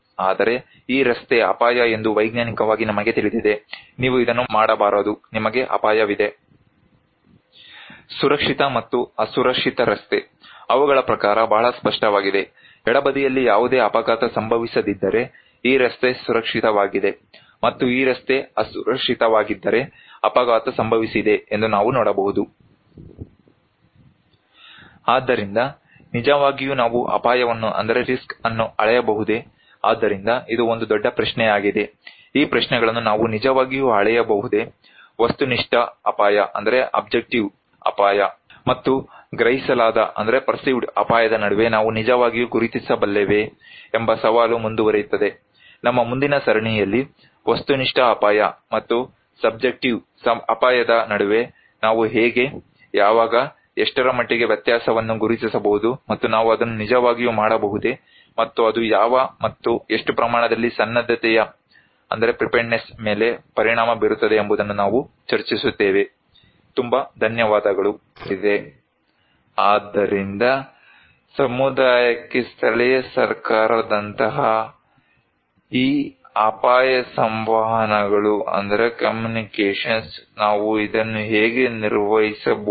ಆದ್ದರಿಂದ ಸಮುದಾಯಕ್ಕೆ ಸ್ಥಳೀಯ ಸರ್ಕಾರದಂತಹ ಈ ಅಪಾಯ ಸಂವಹನಗಳು ನಾವು ಇದನ್ನು ಹೇಗೆ ನಿರ್ವಹಿಸಬಹುದು